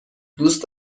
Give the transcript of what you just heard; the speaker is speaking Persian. دوست